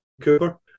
Cooper